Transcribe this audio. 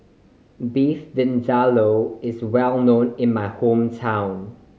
Beef Vindaloo is well known in my hometown